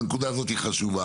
אבל הנקודה הזאת היא חשובה.